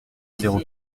zéro